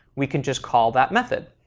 we can just call that method.